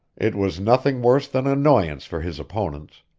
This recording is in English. it was nothing worse than annoyance for his opponents.